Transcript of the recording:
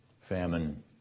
famine